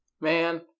Man